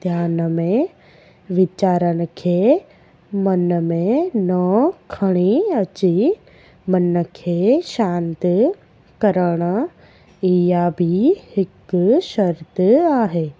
ध्यानु में विचारनि खे मन में नओं खणी अची मन खे शांत करणु इहा बि हिकु शर्त आहे